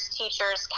teachers